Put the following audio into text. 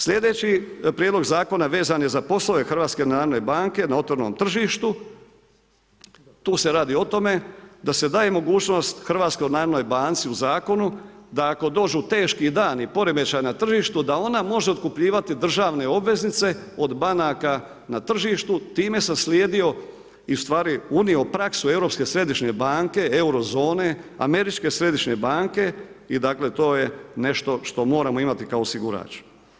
Slijedeći prijedlog zakona vezan je za poslove HNB-a, na otvorenom tržištu, tu se radi o tome da se daje mogućnost HNB-u u zakonu da ako dođu teški dani poremećaja na tržištu, da ona može otkupljivati državne obveznice od banaka na tržištu, time sam slijedio i ustvari unio u praksu Europske središnje banke, EURO zone, Američke središnje banke i dakle, to je nešto što moramo imati kao osigurač.